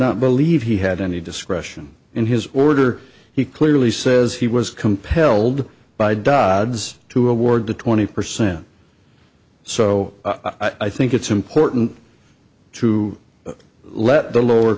not believe he had any discretion in his order he clearly says he was compelled by dods to award to twenty percent so i think it's important to let the lower